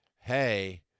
hey